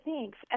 thanks